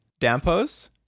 Dampos